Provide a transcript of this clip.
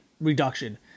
reduction